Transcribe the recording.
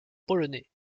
polonais